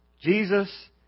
Jesus